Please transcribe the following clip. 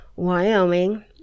Wyoming